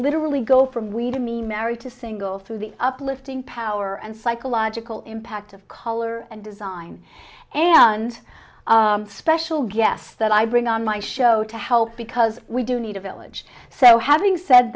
literally go from we to me married to single through the uplifting power and psychological impact of color and design and special guests that i bring on my show to help because we do need a village so having said